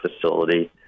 Facility